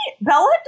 Bella